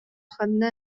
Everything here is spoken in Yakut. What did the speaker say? ханна